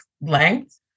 length